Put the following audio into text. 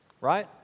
Right